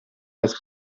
als